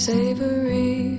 Savory